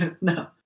no